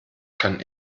kann